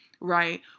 right